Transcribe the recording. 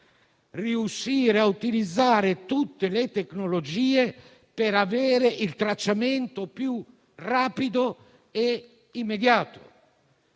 riuscire a utilizzare tutte le tecnologie per avere il tracciamento più rapido e immediato.